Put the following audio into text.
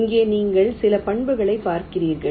இங்கே நீங்கள் சில பண்புகளைப் பார்க்கிறீர்கள்